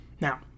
Now